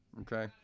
Okay